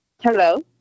Hello